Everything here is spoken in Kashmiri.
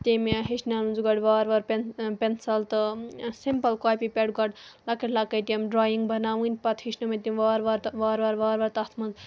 تٔمۍ ہیٚچھنٲونَس بہٕ گۄڈٕ وارٕ وارٕ پٮ۪ن پٮ۪نسَل تہٕ سِمپٕل کاپی پٮ۪ٹھ گۄڈٕ لۄکٕٹۍ لۄکٕٹۍ یِم ڈرٛایِنٛگ بَناوٕنۍ پَتہٕ ہیٚچھنٲو مےٚ تٔمۍ وارٕ وارٕ تہٕ وارٕ وارٕ وارٕ وارٕ تَتھ منٛز